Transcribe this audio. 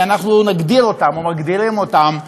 שאנחנו נגדיר אותם או מגדירים אותם,